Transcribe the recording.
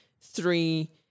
three